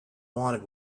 wanted